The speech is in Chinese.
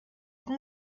提供